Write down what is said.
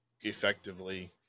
effectively